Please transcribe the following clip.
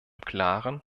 klaren